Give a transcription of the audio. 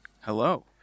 Hello